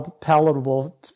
palatable